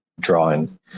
drawing